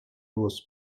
was